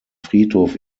friedhof